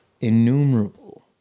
innumerable